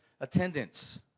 attendance